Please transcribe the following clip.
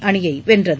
அணியை வென்றது